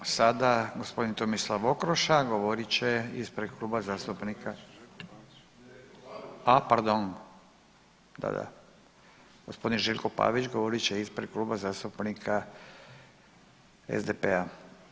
Sada gospodin Tomislav Okroša govorit će ispred kluba zastupnika, a pardon, gospodin Željko Pavić govorit će ispred Kluba zastupnika SDP-a.